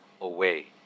away